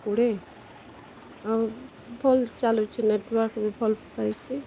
କୋଡ଼ିଏ ଆଉ ଭଲ୍ ଚାଲୁଛେ ନେଟୱାର୍କ୍ ବି ଭଲ୍ ପାଇସି